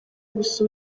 gusa